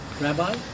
Rabbi